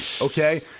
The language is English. Okay